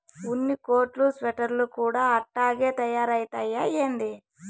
ఉన్ని కోట్లు స్వెటర్లు కూడా అట్టాగే తయారైతయ్యా ఏంది